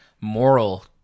moral